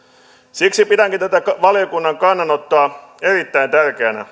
siksi pidänkin tätä valiokunnan kannanottoa erittäin tärkeänä